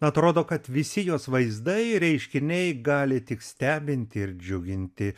atrodo kad visi jos vaizdai reiškiniai gali tik stebinti ir džiuginti